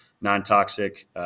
non-toxic